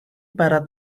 para